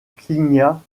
cligna